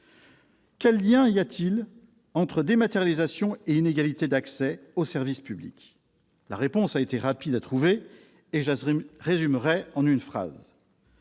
Quel lien y a-t-il entre dématérialisation et inégalités d'accès aux services publics ? La réponse a été rapide à trouver et je la résumerai en une phrase